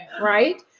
right